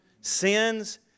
Sins